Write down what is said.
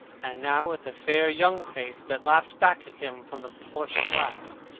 and now at the fair young face that laughed back at him from the polished glass.